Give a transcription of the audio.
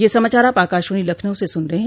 ब्रे क यह समाचार आप आकाशवाणी लखनऊ से सुन रहे हैं